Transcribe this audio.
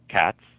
cats